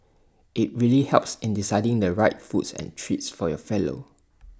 IT really helps in deciding the right foods and treats for your fellow